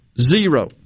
zero